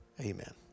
amen